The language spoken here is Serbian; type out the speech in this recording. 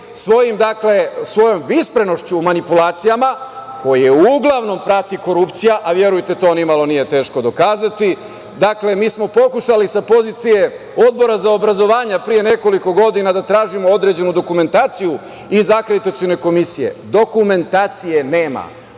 svojom visprenošću manipulacijama koje uglavnom prati korupcija, a verujte to ni malo nije teško dokazati. Mi smo pokušali sa pozicije Odbora za obrazovanje, pre nekoliko godina da tražimo određenu dokumentaciju iz akreditacione komisije. Dokumentacije nema.